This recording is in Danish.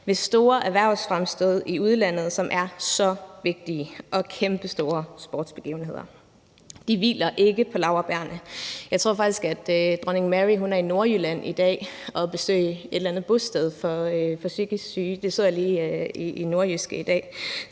store erhvervsfremstød i udlandet, som er så vigtige, og kæmpestore sportsbegivenheder. De hviler ikke på laurbærrene. Jeg tror faktisk, at dronning Mary er i Nordjylland i dag og besøge et eller andet bosted for psykisk syge. Det så jeg lige i NORDJYSKE i dag.